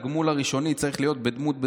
תגמול הראשוני צריך להיות בדמות,